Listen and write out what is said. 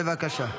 בבקשה.